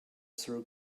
through